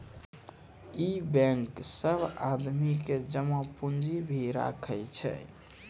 इ बेंक सब आदमी के जमा पुन्जी भी राखै छै